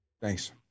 Thanks